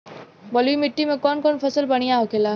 बलुई मिट्टी में कौन कौन फसल बढ़ियां होखेला?